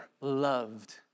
loved